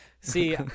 See